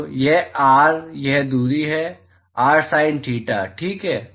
तो यह r यह दूरी क्या है r sin थीटा ठीक है